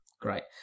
Great